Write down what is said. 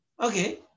Okay